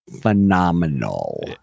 phenomenal